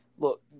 Look